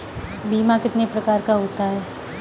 बीमा कितने प्रकार का होता है?